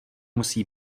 musí